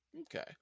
Okay